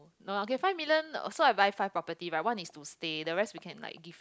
no okay five million so I buy five property right one is to stay the rest we can like give